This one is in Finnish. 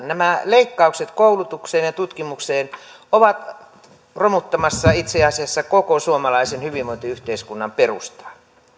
nämä leikkaukset koulutukseen ja tutkimukseen ovat romuttamassa itse asiassa koko suomalaisen hyvinvointiyhteiskunnan perustaa